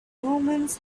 omens